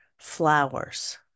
flowers